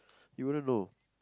you wouldn't know